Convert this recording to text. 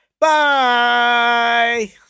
Bye